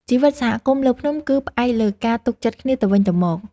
ជីវិតសហគមន៍លើភ្នំគឺផ្អែកលើការទុកចិត្តគ្នាទៅវិញទៅមក។